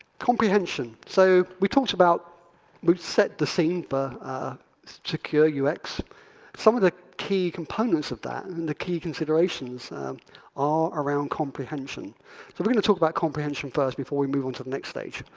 comprehension. so we talked about we've set the scene for secure ux. some of the key components of that and the key considerations are around comprehension. so we're going to talk about comprehension first before we move on to the next stage.